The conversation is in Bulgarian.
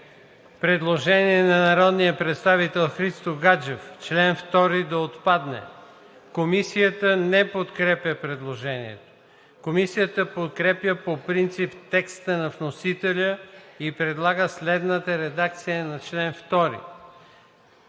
предложение на народния представител Христо Гаджев – чл. 2 да отпадне. Комисията не подкрепя предложението. Комисията подкрепя по принцип текста на вносителя и предлага следната редакция на чл.